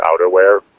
outerwear